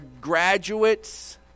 graduates